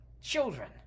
children